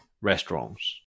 restaurants